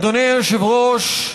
אדוני היושב-ראש,